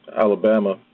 Alabama